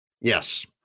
yes